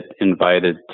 invited